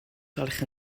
gwelwch